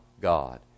God